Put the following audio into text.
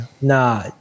Nah